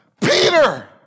Peter